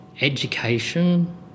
education